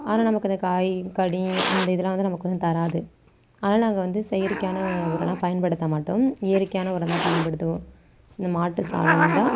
ஆனால் நமக்கு அந்த காய் கனி இந்த இதெலாம் வந்து நமக்கு வந்து தராது அதனால் நாங்கள் வந்து செயற்கையான உரம்லாம் பயன்படுத்த மாட்டோம் இயற்கையான உரம் தான் பயன்படுத்துவோம் இந்த மாட்டு சாணம்தான்